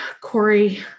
Corey